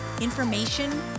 information